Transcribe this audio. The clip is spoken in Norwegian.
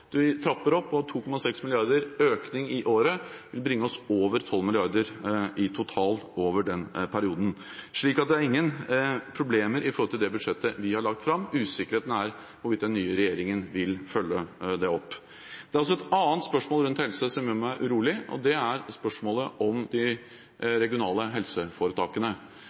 trapper opp og har en økning på 2,6 mrd. kr i året. Det vil bringe oss over 12 mrd. kr totalt i den perioden. Slik sett er det ingen problemer med hensyn til det budsjettet vi har lagt fram. Usikkerheten er hvorvidt den nye regjeringen vil følge det opp. Det er også et annet spørsmål om helse som gjør meg urolig, og det er spørsmålet om de regionale helseforetakene.